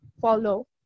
follow